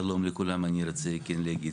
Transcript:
שלום, אני רוצה להגיד כמה מילים.